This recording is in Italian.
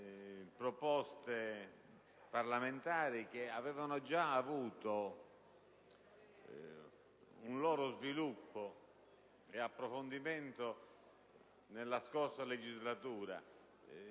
proposte parlamentari, che avevano già avuto un loro sviluppo e approfondimento nella scorsa legislatura.